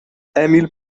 emil